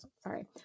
sorry